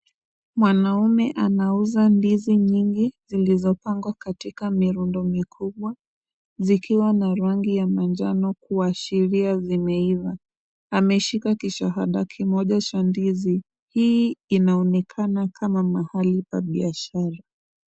Mwanamume anauza ndizi nyingi zilizopangwa katika mirundo mikubwa zikiwa na rangi ya manjano kuashiria zimeiva. Ameshika kishahada kimoja cha ndizi. Hii inaonekana kama pahali pa biashara.